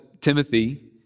Timothy